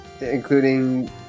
Including